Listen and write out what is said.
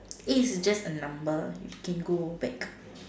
age is just a number it can go back